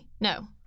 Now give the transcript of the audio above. No